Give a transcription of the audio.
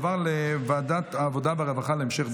לוועדת העבודה והרווחה נתקבלה.